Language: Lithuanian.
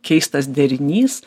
keistas derinys